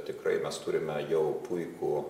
tikrai mes turime jau puikų